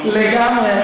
לגמרי,